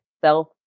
self